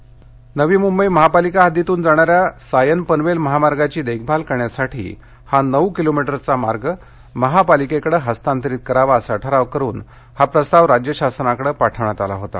हस्तांतरण प्रस्ताव नवी मुंबई महापालिका हद्दीतून जाणा या सायन पनवेल महामार्गाची देखभाल करण्यासाठी हा नऊ किलोमीटरचा मार्ग महापालिकेकडे हस्तांतरित करावा असा ठराव करून हा प्रस्ताव राज्य शासनाकडं पाठविण्यात आला होता